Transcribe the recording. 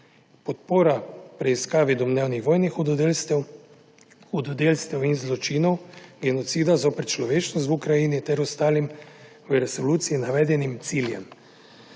podporo preiskave domnevnih vojnih hudodelstev, hudodelstev in zločinov genocida zoper človečnost v Ukrajini ter ostalim v resoluciji navedenim ciljem.